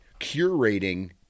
curating